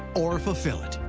or fulfill it?